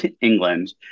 England